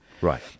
Right